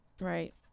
Right